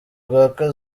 rwaka